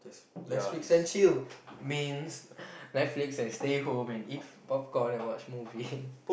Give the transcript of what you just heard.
Netflix and chill means Netflix and stay home and eat popcorn and watch movie